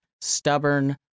stubborn